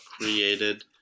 created